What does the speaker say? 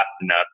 enough